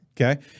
Okay